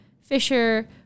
Fisher